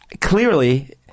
clearly